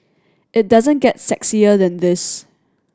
it doesn't get sexier than this